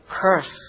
curse